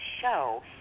show